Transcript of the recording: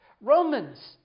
Romans